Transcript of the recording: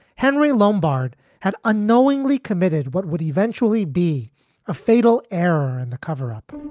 henry lombard had unknowingly committed what would eventually be a fatal error in the cover up